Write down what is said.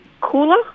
cooler